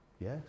Yes